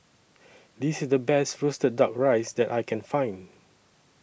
This IS The Best Roasted Duck Rice that I Can Find